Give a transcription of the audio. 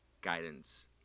Guidance